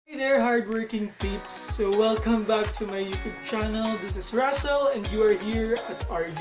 there hard-working peeps so welcome back to my youtube channel this is russel and you're here at